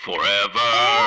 Forever